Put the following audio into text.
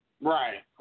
Right